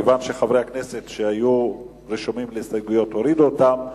כיוון שחברי הכנסת שהיו רשומים להסתייגויות הורידו אותן,